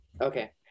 Okay